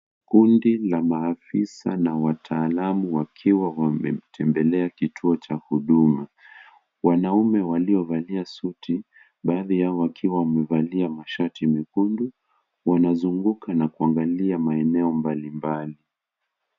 Kundi la maafisa na wataalamu wakiwa wametembelea kituo cha huduma. Wanaume waliovalia suti baadhi yao wakiwa wamevalia mashati mekundu. Wanazunguka na kuangalia maeneo mbalimbali.